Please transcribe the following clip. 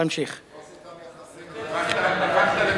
תפוס אתם יחסים.